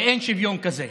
ואין שוויון כזה,